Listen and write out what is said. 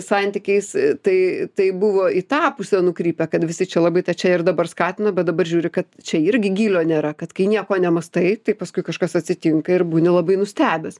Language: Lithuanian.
santykiais tai tai buvo į tą pusę nukrypę kad visi čia labai tą čia ir dabar skatino bet dabar žiūri kad čia irgi gylio nėra kad kai nieko nemąstai paskui kažkas atsitinka ir būni labai nustebęs